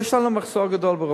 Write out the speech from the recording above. יש לנו מחסור גדול ברופאים.